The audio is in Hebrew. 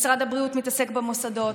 משרד הבריאות מתעסק במוסדות,